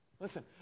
Listen